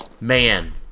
man